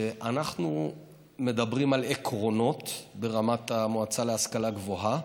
שאנחנו מדברים על עקרונות ברמת המועצה להשכלה גבוהה,